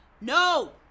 no